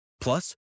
Plus